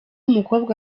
umukobwa